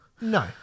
No